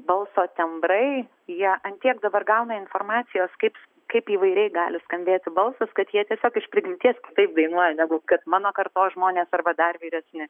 balso tembrai jie ant tiek dabar gauna informacijos kaip kaip įvairiai gali skambėti balsas kad jie tiesiog iš prigimties kitaip dainuoja negu kad mano kartos žmonės arba dar vyresni